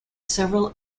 several